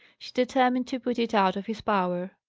she determined to put it out of his power.